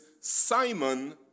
Simon